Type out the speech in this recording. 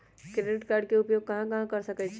Credit card के उपयोग कहां कहां कर सकईछी?